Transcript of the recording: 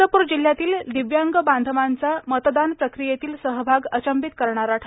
चंद्रपूर जिल्ह्यातील दिव्यांग बांधवांचा मतदान प्रक्रियेतील सहभाग अचंबित करणारा ठरला